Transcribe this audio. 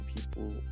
people